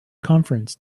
conference